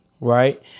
Right